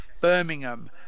Birmingham